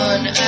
One